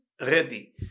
ready